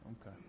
Okay